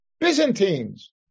Byzantines